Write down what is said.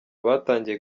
batangiye